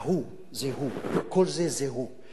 הוא, זה הוא, כל זה זה הוא.